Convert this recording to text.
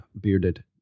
bearded